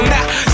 Now